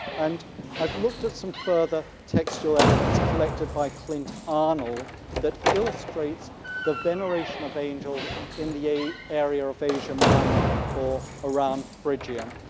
and i've looked at some further textual evidence collected by clint arnold that illustrates the veneration of angels in the area of asia minor or around phrygia.